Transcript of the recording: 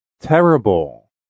terrible